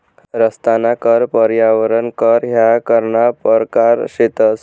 रस्ताना कर, पर्यावरण कर ह्या करना परकार शेतंस